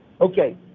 Okay